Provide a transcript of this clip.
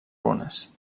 runes